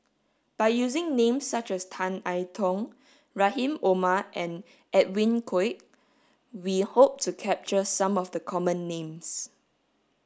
by using names such as Tan I Tong Rahim Omar and Edwin Koek we hope to capture some of the common names